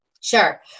Sure